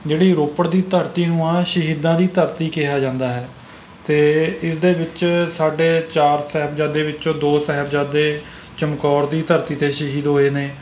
ਜਿਹੜੀ ਰੋਪੜ ਦੀ ਧਰਤੀ ਨੂੰ ਆਹ ਸ਼ਹੀਦਾਂ ਦੀ ਧਰਤੀ ਕਿਹਾ ਜਾਂਦਾ ਹੈ ਅਤੇ ਇਸਦੇ ਵਿੱਚ ਸਾਡੇ ਚਾਰ ਸਾਹਿਬਜ਼ਾਦੇ ਵਿੱਚੋਂ ਦੋ ਸਾਹਿਬਜ਼ਾਦੇ ਚਮਕੌਰ ਦੀ ਧਰਤੀ 'ਤੇ ਸ਼ਹੀਦ ਹੋਏ ਨੇ